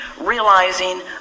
realizing